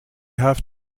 have